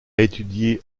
étudié